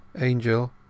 angel